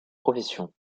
profession